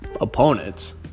opponents